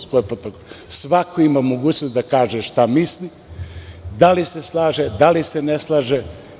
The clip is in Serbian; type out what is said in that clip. Svako ima mogućnost da kaže šta misli, da li se slaže, da li se ne slaže.